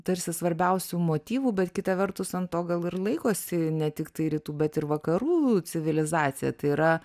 tarsi svarbiausių motyvų bet kita vertus ant to gal ir laikosi ne tiktai rytų bet ir vakarų civilizacija tai yra